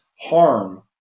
harm